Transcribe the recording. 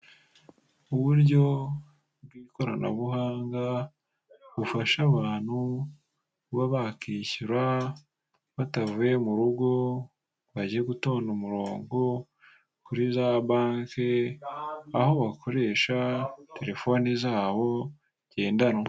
Uburyo bw'ikoranabuhanga bufasha abantu, kuba bakishyura batavuye mu rugo, bajye gutonda umurongo kuri za banki, aho bakoresha telefone zabo ngendanwa.